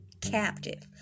captive